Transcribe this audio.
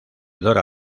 dora